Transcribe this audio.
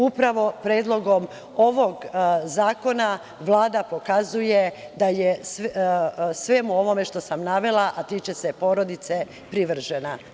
Upravo predlogom ovog zakona Vlada pokazuje da je svemu ovome što sam navela, a tiče se porodice privržena.